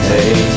Hey